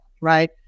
right